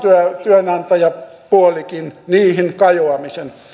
työnantajapuolikin niihin kajoamisen